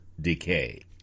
decay